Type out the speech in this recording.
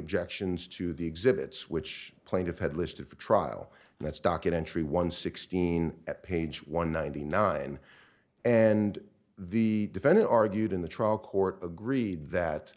objections to the exhibits which plaintiff had listed for trial and that's docket entry one sixteen at page one ninety nine and the defendant argued in the trial court agreed that